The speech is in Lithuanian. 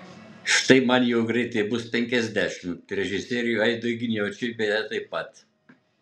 štai man jau greitai bus penkiasdešimt režisieriui aidui giniočiui beje taip pat